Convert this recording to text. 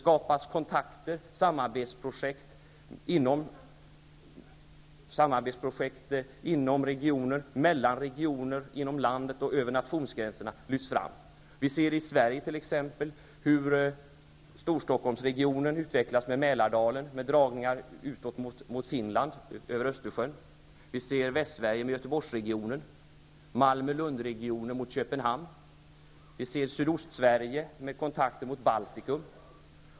Kontakter skapas, och samarbetsprojekt inom regioner, mellan regioner, inom landet och över nationsgränserna lyfts fram. I Sverige ser vi t.ex. hur Storstockholmsregionen utvecklas med Mälardalen och med dragningar mot Finland över Östersjön. Vi ser hur Västsverige utvecklas med Göteborgsregionen, Malmö--Lundregionen med Köpenhamn samt Sydostsverige med kontakter i Baltikum.